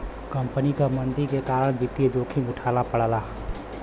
company क मंदी के कारण वित्तीय जोखिम उठाना पड़ला